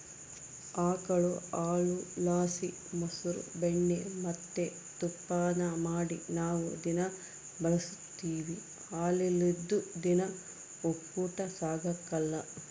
ಆಕುಳು ಹಾಲುಲಾಸಿ ಮೊಸ್ರು ಬೆಣ್ಣೆ ಮತ್ತೆ ತುಪ್ಪಾನ ಮಾಡಿ ನಾವು ದಿನಾ ಬಳುಸ್ತೀವಿ ಹಾಲಿಲ್ಲುದ್ ದಿನ ಒಪ್ಪುಟ ಸಾಗಕಲ್ಲ